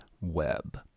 web